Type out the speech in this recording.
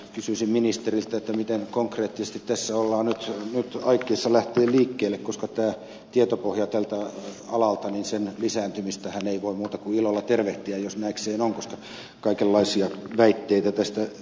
kysyisin ministeriltä miten konkreettisesti tässä ollaan nyt aikeissa lähteä liikkeelle koska tältä alalta tämän tietopohjan lisääntymistähän ei voi muuta kuin ilolla tervehtiä jos näikseen on koska kaikenlaisia väitteitä tästä liikkuu